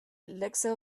elixir